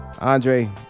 Andre